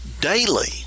daily